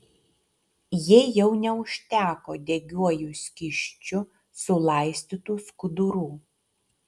jai jau neužteko degiuoju skysčiu sulaistytų skudurų